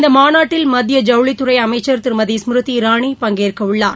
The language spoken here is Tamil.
இந்த மாநாட்டில் மத்திய ஜவளித்துறை அமைச்சர் திருமதி ஸ்மிருதி இரானி பங்கேற்கவுள்ளார்